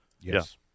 Yes